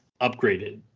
upgraded